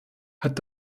hat